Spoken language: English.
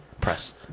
press